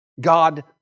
God